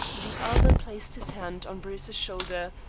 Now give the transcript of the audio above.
the other placed his hand on bruce's shoulder,